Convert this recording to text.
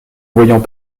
voyant